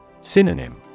Synonym